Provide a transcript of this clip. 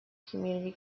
community